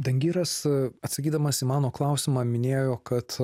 dangiras atsakydamas į mano klausimą minėjo kad